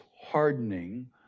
hardening